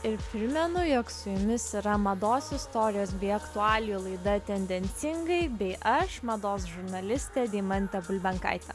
ir primenu jog su jumis yra mados istorijos bei aktualijų laida tendencingai bei aš mados žurnalistė deimantė bulbenkaitė